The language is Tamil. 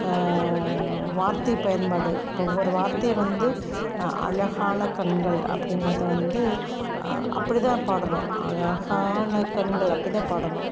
வார்த்தை பயன்பாடு இப்போது ஒவ்வொரு வார்த்தை வந்து அ அழகான கண்கள் அப்படிங்குறத வந்து அப்படி தான் பாடணும் அழகான கண்கள் அப்படின் தான் பாடணும்